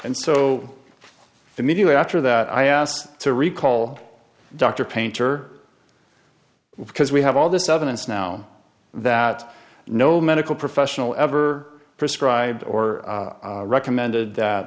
and so immediately after that i asked to recall dr painter because we have all this evidence now that no medical professional ever prescribed or recommended that